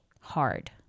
hard